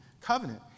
covenant